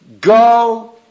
go